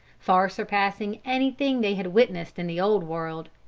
far surpassing anything they had witnessed in the old world.